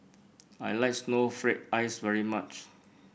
I like Snowflake Ice very much